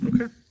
Okay